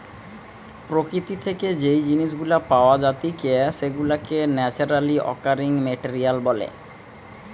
প্রকৃতি থেকে যেই জিনিস গুলা পাওয়া জাতিকে সেগুলাকে ন্যাচারালি অকারিং মেটেরিয়াল বলে